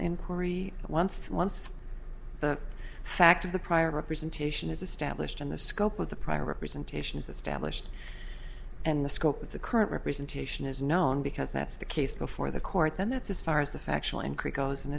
inquiry once once the fact of the prior representation is established in the scope of the prior representation is established and the scope of the current representation is known because that's the case before the court and that's as far as the